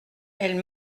elle